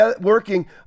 working